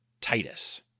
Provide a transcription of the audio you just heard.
Titus